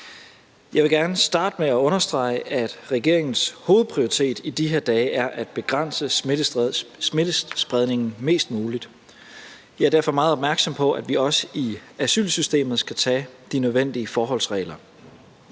Jeg vil gerne starte med at understrege, at regeringens hovedprioritet i de her dage er at begrænse smittespredningen mest muligt. Vi er derfor meget opmærksomme på, at vi også i asylsystemet skal tage de nødvendige forholdsregler,